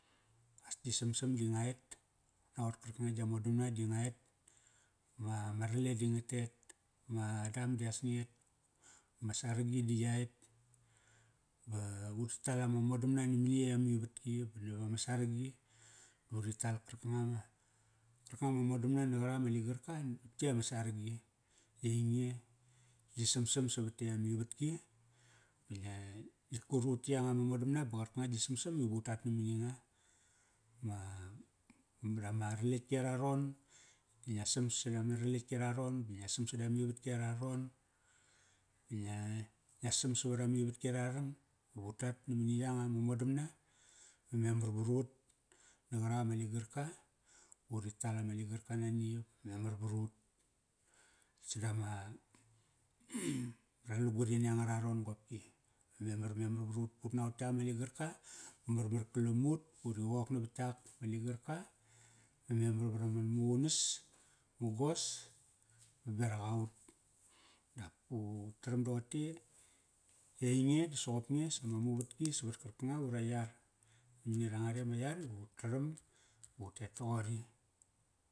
As gi samsam di nga et. Ut naqot karkanga gia modamna di nga et. Ma, ma rale di nga tet. Ma dam di nga et. Ma, ma rale di nga tet. Ma dam dias nget. Ma saragi di ya et. Ba uri tal ama modamna namani yey amivatki. Ba nava ma saragi. MA, marama raletk ki ara ron, di ngia sam sadama raletk ki ara ron, ba ngia sam sada mivatki ara ron, ba ngia, ngia sam savaram mivat ki ararang. Ba vu tat na mani yanga ma modamna va memar varut. NA qarak ama ligarka, vuri talama ligarka nani. Memar varut. Sada ma, ngaralugurini a ngara ron qopki. Memar memar varut. Ut naqot yak ama ligarka, marmar kalam ut pa uri qok navat yak ma ligarka, va memar vara man maqunas, mugos baberak aut. Dap utaram doqote, i ainge di soqop nge sama muvatki savat. karkanga ura yar. Mani ranga re ama yar ivu taram ba utet toqori